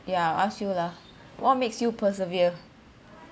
yeah ask you lah what makes you persevere